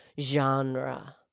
genre